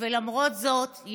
למרות זאת,